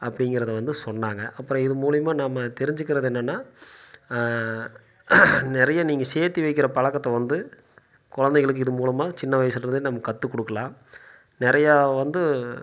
அப்படிங்கிறத வந்து சொன்னாங்க அப்புறம் இது மூலிமா நம்ம தெரிஞ்சுக்கிறது என்னென்னா நிறைய நீங்கள் சேர்த்து வைக்கிற பழக்கத்தை வந்து குழந்தைகளுக்கு இது மூலமாக சின்ன வயசுலிருந்தே நம்ம கற்றுக் கொடுக்கலாம் நிறையா வந்து